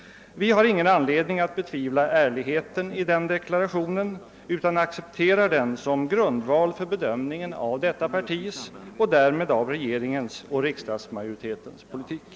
Vi har ingen anledning att betvivla ärligheten i den deklarationen utan accepterar den som grundval för bedömningen av detta partis och därmed av regeringens och riksdagsmajoritetens politik.